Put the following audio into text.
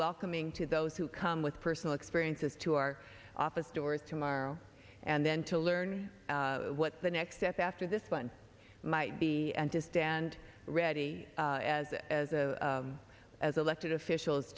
welcoming to those who come with personal experiences to our office doors tomorrow and then to learn what the next step after this one might be and to stand ready as a as a as elected officials